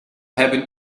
hebben